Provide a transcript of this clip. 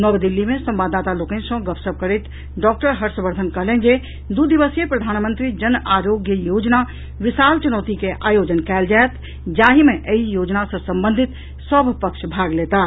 नव दिल्ली मे संवाददाता लोकनि सॅ गपशप करैत डॉक्टर हर्षवर्धन कहलनि जे दू दिवसीय प्रधानमंत्री जन आरोग्य योजना विशाल चुनौती के आयोजन कयल जायत जाहि मे एहि योजना सॅ संबंधित सभ पक्ष भाग लेताह